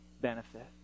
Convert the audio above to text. benefit